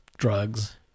drugs